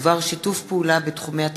החינוך והמדע,